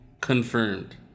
confirmed